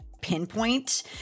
pinpoint